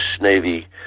Navy